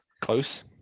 Close